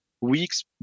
weeks